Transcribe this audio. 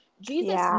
Jesus